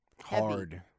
Hard